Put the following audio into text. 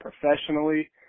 professionally